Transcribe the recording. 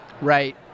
Right